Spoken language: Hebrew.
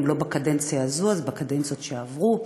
אם לא בקדנציה הזאת אז בקדנציות שעברו,